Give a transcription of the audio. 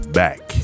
back